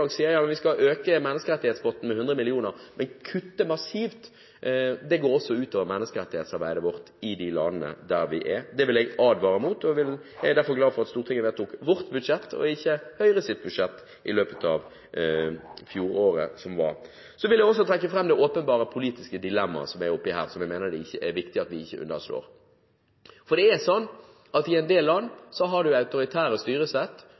sier at de skal øke menneskerettighetspotten med 100 mill. kr, men kutter massivt, går ut over menneskerettighetsarbeidet vårt i de landene hvor vi er. Det vil jeg advare mot. Jeg er derfor glad for at Stortinget vedtok vårt budsjett, og ikke Høyres budsjett, i løpet av året som var. Jeg vil også trekke fram det åpenbare politiske dilemmaet her, som jeg mener det er viktig at vi ikke underslår. Det er sånn at i en del land har man autoritære styresett